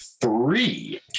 three